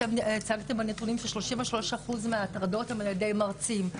אתם הצגתם בנתונים ש-33% מההטרדות הן על-ידי מרצים.